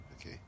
okay